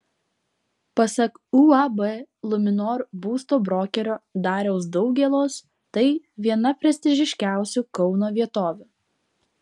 pasak uab luminor būsto brokerio dariaus daugėlos tai viena prestižiškiausių kauno vietovių